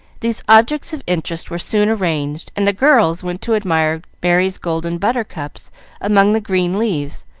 these objects of interest were soon arranged, and the girls went to admire merry's golden butter cups among the green leaves,